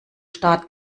staat